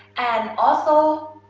and also,